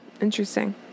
interesting